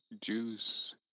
Juice